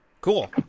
cool